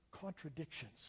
contradictions